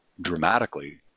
dramatically